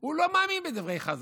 הוא לא מאמין בדברי חז"ל.